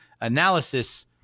analysis